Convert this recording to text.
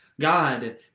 God